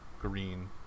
green